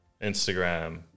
Instagram